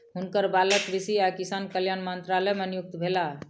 हुनकर बालक कृषि आ किसान कल्याण मंत्रालय मे नियुक्त भेला